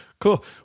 Cool